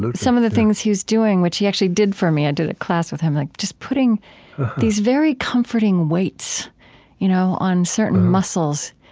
some of the things he's doing, which he actually did for me i did a class with him, like just putting these very comforting weights you know on certain muscles,